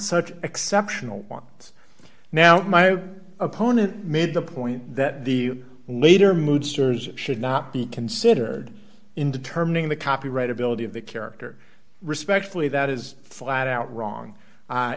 such exceptional wants now my opponent made the point that the later moved stars should not be considered in determining the copyright ability of the character respectfully that is flat out wrong